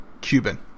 Cuban